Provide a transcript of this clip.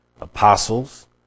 apostles